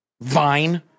Vine